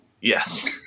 Yes